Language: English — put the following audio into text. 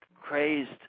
crazed